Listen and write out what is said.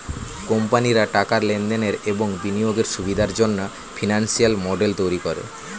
কোম্পানিরা টাকার লেনদেনের এবং বিনিয়োগের সুবিধার জন্যে ফিনান্সিয়াল মডেল তৈরী করে